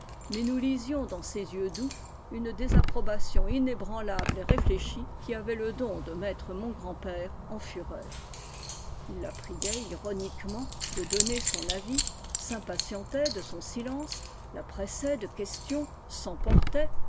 iais nous lisions dans ses yeux doux une désaprobation inébranlable et réfléchie qui avait le don e mettre mon grand-père en fureur il la priait oniquement de donner son avis s'impatientait de m silence la pressait de questions